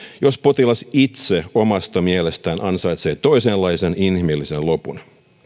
jos potilas itse omasta mielestään ansaitsee toisenlaisen inhimillisen lopun